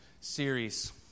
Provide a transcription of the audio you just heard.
series